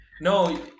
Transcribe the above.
No